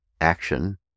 action